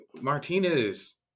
Martinez